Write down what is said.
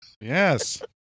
Yes